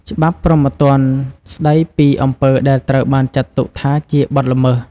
ច្បាប់ព្រហ្មទណ្ឌ ស្តីពីអំពើដែលត្រូវបានចាត់ទុកថាជាបទល្មើស។